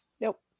Nope